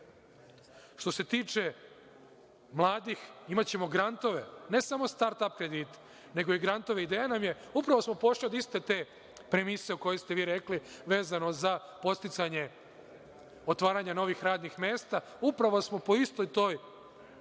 se tiče mladih, imaćemo grantove, ne samo start ap kredite, nego i grantove. Upravo smo pošli od iste te premise koju ste vi rekli, vezano za podsticanje, otvaranja novih radnih mesta. Upravo smo po istoj toj